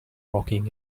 walking